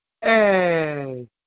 hey